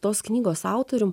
tos knygos autorium